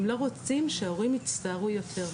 הם לא רוצים שההורים יצטערו יותר.